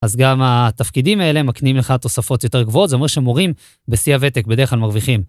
אז גם התפקידים האלה מקנים לך תוספות יותר גבוהות, זה אומר שמורים בשיא הוותק בדרך כלל מרוויחים.